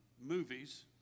movies